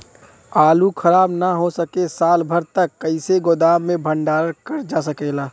आलू खराब न हो सके साल भर तक कइसे गोदाम मे भण्डारण कर जा सकेला?